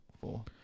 Four